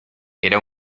era